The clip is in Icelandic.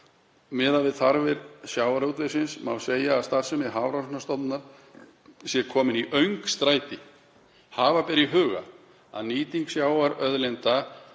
Miðað við þarfir sjávarútvegsins má segja að starfsemi Hafrannsóknastofnunar sé komin í öngstræti. Hafa ber í huga að nýting sjávarauðlinda